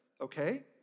Okay